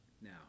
now